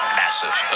massive